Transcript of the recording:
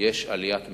יש עליית מחירים,